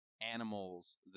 animals